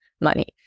money